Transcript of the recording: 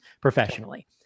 professionally